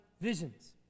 visions